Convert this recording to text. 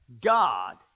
God